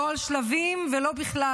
לא על שלבים ולא בכלל.